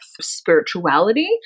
spirituality